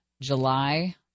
July